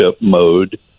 mode